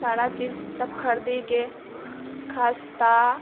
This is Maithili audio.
सारा चीज सब खरीदि कऽ खस्ता